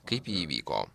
kaip ji įvyko